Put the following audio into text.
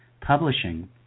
publishing